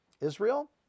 Israel